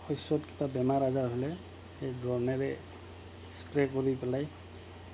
শস্যত কিবা বেমাৰ আজাৰ হ'লে সেই ড্ৰণেৰে স্প্ৰে কৰি পেলাই